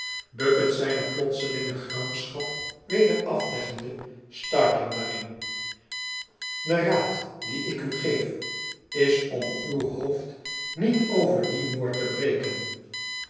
bucket zijne plotselinge gramschap weder afleggende stuit hem daarin de raad dien ik u geef is om uw hoofd niet over dien moord te breken